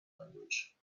language